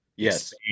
Yes